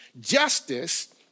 justice